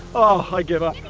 oh, i give up!